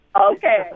Okay